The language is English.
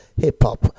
hip-hop